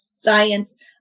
Science